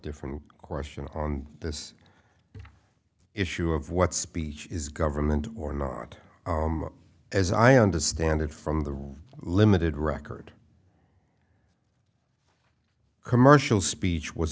different question on this issue of what speech is government or not as i understand it from the room limited record commercial speech was